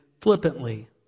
flippantly